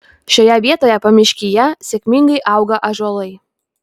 šioje vietoje pamiškyje sėkmingai auga ąžuolai